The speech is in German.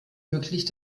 möglich